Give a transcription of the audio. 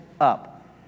up